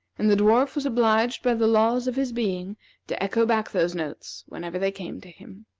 and the dwarf was obliged by the laws of his being to echo back those notes whenever they came to him.